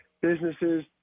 businesses